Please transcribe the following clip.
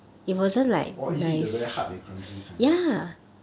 orh is it the very hard and crunchy kind